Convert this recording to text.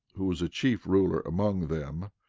who was a chief ruler among them,